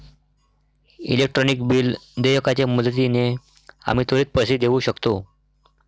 electronic bill देयकाच्या मदतीने आम्ही त्वरित पैसे देऊ शकतो